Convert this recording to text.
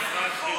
לועזי